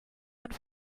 und